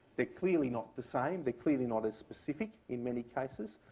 they're clearly not the same. they're clearly not as specific in many cases.